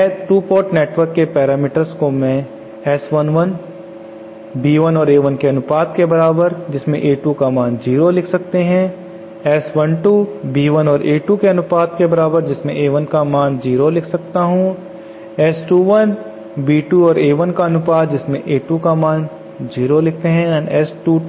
यह 2 port network के parameters को मैं S11 को B1 और A1 के अनुपात के बराबर जिसमें A2 का मान 0 लिख सकता हूं S12 को B1 और A2 के अनुपात के बराबर जिसमें A1 का मान 0 लिख सकता हूं S21 को B2 और A1 के अनुपात के बराबर जिसमें A2 का मान 0 लिख सकता हूं S22